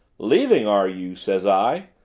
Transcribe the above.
leaving, are you says i.